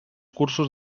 cursos